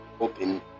open